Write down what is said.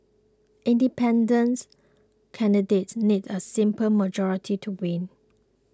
independent candidates need a simple majority to win